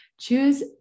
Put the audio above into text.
choose